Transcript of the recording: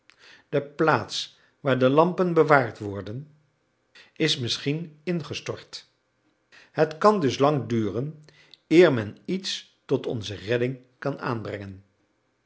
de plaats waar de lampen bewaard worden is misschien ingestort het kan dus lang duren eer men iets tot onze redding kan aanbrengen